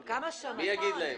--- מי יגיד להם?